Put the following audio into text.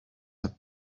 have